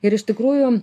ir iš tikrųjų